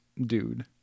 dude